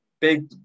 big